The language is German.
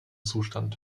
zustand